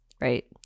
right